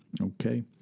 Okay